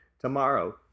tomorrow